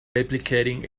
replicating